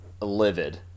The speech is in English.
livid